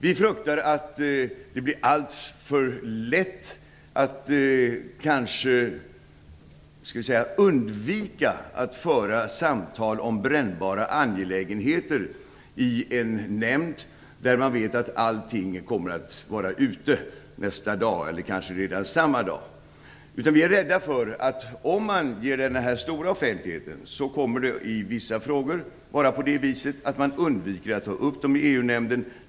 Vi fruktar att det blir alltför lätt att kanske undvika att föra samtal om brännbara angelägenheter i en nämnd där man vet att allting kommer att vara ute nästa dag eller kanske redan samma dag. Vi är rädda för att om man ger detta den stora offentligheten, kommer man att undvika att ta upp vissa frågor i EU-nämnden.